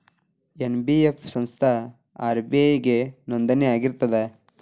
NBF ಸಂಸ್ಥಾ RBI ಗೆ ನೋಂದಣಿ ಆಗಿರ್ತದಾ?